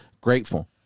grateful